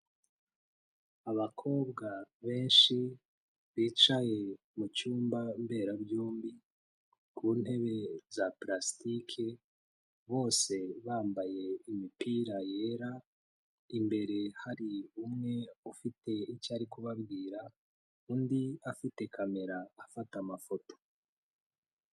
Abakobwa benshi bicaye mu cyumba mberabyombi, ku ntebe za pulasitike, bose bambaye imipira yera, imbere hari umwe ufite icyo ari kubabwira, undi afite kamera, afata amafoto.